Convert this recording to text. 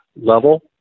level